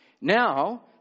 Now